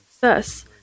thus